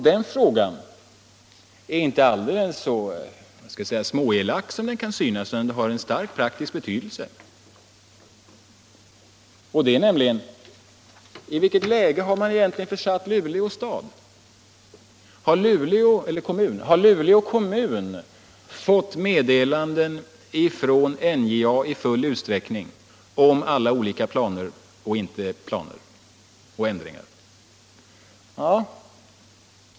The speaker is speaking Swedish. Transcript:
Den frågan är inte så alldeles låt mig säga småelak som det kan synas, utan den har en stark praktisk betydelse, och det är denna: I vilket läge har man egentligen försatt Luleå kommun? Har Luleå kommun fått meddelanden från NJA i full utsträckning om alla olika planer, uteblivna planer och ändringar?